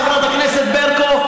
חברת הכנסת ברקו,